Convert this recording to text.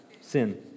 Sin